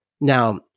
Now